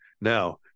now